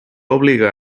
obligar